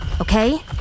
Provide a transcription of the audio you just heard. okay